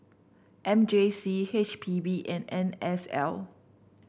M J C H P B and N S L